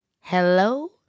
Hello